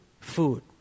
food